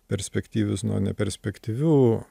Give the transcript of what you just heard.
perspektyvius nuo neperspektyvių